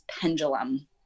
pendulum